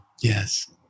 yes